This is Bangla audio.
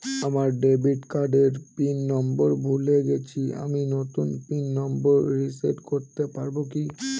আমার ডেবিট কার্ডের পিন নম্বর ভুলে গেছি আমি নূতন পিন নম্বর রিসেট করতে পারবো কি?